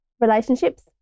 Relationships